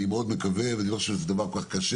אני מאוד מקווה ואני לא חושב שזה דבר כל כך קשה,